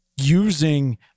Using